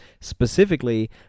specifically